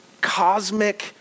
cosmic